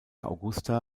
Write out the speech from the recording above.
augusta